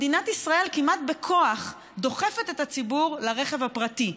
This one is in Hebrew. מדינת ישראל כמעט בכוח דוחפת את הציבור לרכב הפרטי,